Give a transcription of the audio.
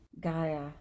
gaia